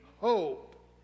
hope